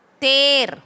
Ter